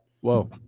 whoa